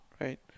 Right